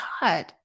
God